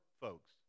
folks